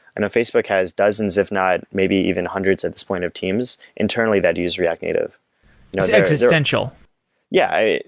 and facebook has dozens if not, maybe even hundreds at this point of teams internally that use react native existential yeah.